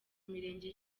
mirenge